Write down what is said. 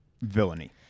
villainy